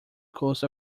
coast